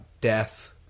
death